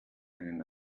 einen